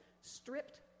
stripped